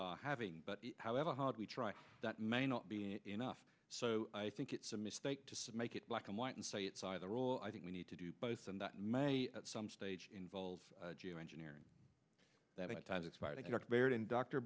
are having but however hard we try that may not be enough so i think it's a mistake to make it black and white and say it's either or i think we need to do both and that my at some stage involve geoengineering that a